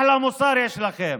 אחלה מוסר יש לכם,